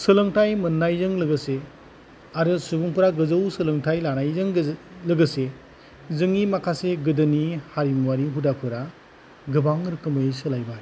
सोलोंथाइ मोननायजों लोगोसे आरो सुबुंफोरा गोजौ सोलोंथाइ लानायजों लोगोसे जोंनि माखासे गोदोनि हारिमुआरि हुदाफोरा गोबां रोखोमै सोलायबाय